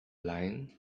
line